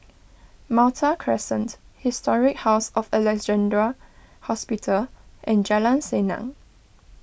Malta Crescent Historic House of Alexandra Hospital and Jalan Senang